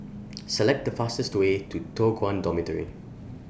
Select The fastest Way to Toh Guan Dormitory